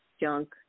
junk